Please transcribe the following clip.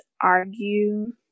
argue